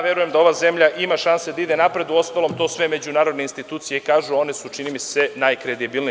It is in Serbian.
Verujem da ova zemlja ima šanse da ide napred, uostalom to sve međunarodne institucije kažu, a one su, čini mi se, najkredibilnije.